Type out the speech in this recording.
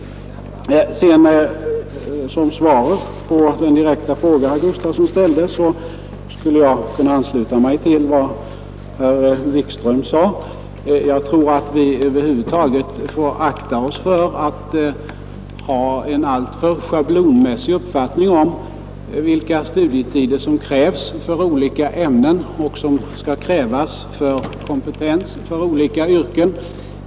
Som svar på den direkta fråga som herr Gustafsson i Barkarby ställde skulle jag kunna ansluta mig till vad herr Wikström sade. Jag tror att vi över huvud taget får akta oss för att ha en alltför schablonmässig uppfattning om vilka studietider som skall krävas för olika ämnen och som skall krävas för kompetens för olika yrken.